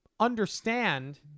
understand